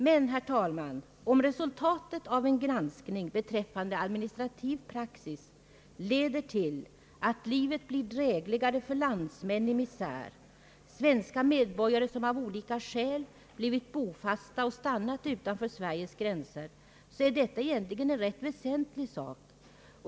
Men, herr talman, om en granskning av administrativ praxis leder till att livet blir drägligare för landsmän i misär, svenska medborgare som av olika skäl blivit bofasta och stannat utanför Sveriges gränser, är detta egentligen en rätt väsentlig sak.